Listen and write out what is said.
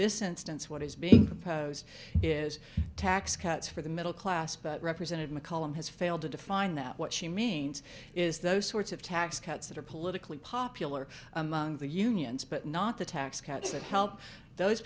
this instance what is being proposed is tax cuts for the middle class but represented mccollum has failed to define that what she means is those sorts of tax cuts that are politically popular among the unions but not the tax cuts that help those